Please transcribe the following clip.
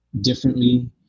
differently